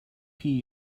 from